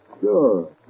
Sure